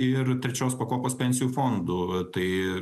ir trečios pakopos pensijų fondų tai